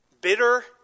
bitter